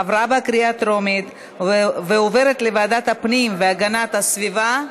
עברה בקריאה טרומית ועוברת לוועדת הפנים והגנת הסביבה.